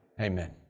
amen